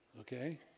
Okay